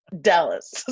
Dallas